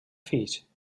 fills